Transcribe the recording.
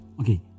Okay